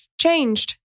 changed